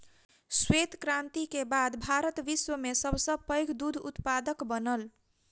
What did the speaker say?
श्वेत क्रांति के बाद भारत विश्व में सब सॅ पैघ दूध उत्पादक बनल